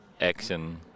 action